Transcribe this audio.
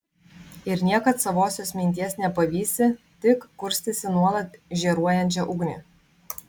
ir niekad savosios minties nepavysi tik kurstysi nuolat žėruojančią ugnį